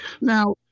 Now